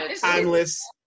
timeless